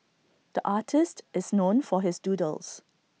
the artist is known for his doodles